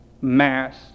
mass